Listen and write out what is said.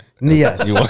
Yes